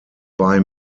bei